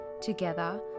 Together